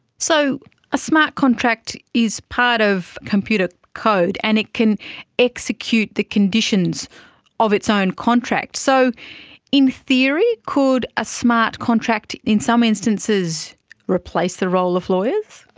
so a smart contract is part of computer code, and it can execute the conditions of its own contracts. so in theory could a smart contract in some instances replace the role of lawyers?